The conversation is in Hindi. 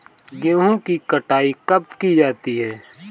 गेहूँ की कटाई कब की जाती है?